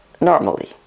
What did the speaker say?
normally